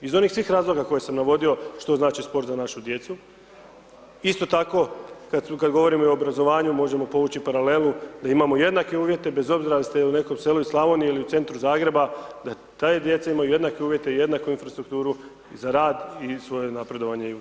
Iz onih svih razloga koje sam navodio što znači sport za našu djecu, isto tako kad govorimo o obrazovanju, možemo povući paralelu da imamo jednake uvjete bez obzira jeste li u nekom selu iz Slavonije ili u centru Zagreba, da ta djeca imaju jednake uvjete i jednaku infrastrukturu za rad i svoj napredovanje općenito.